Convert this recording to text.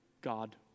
God